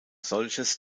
solches